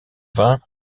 vin